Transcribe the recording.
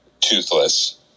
toothless